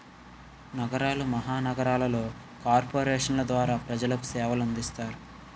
నగరాలు మహానగరాలలో కార్పొరేషన్ల ద్వారా ప్రజలకు సేవలు అందిస్తారు